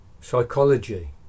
psychology